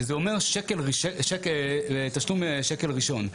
שזה אומר תשלום שקל ראשון.